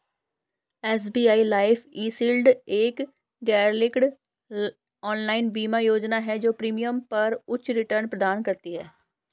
SBI life e shield एक गैरलिंक्ड online बीमा योजना है जो प्रीमियम पर उच्च रिटर्न प्रदान करती है